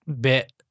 bit